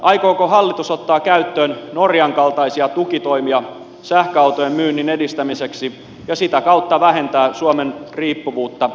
aikooko hallitus ottaa käyttöön norjan kaltaisia tukitoimia sähköautojen myynnin edistämiseksi ja sitä kautta vähentää suomen riippuvuutta fossiilisista polttoaineista